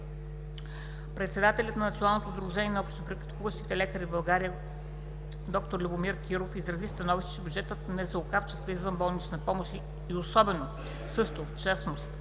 Председателят на Националното сдружение на общопрактикуващите лекари в България д-р Любомир Киров изрази становището, че бюджетът на НЗОК в частта извънболнична помощ и особено също в частност